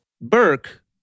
Burke